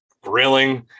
grilling